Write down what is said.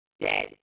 dead